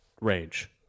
range